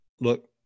look